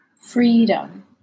freedom